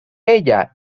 ella